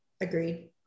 Agreed